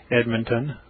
Edmonton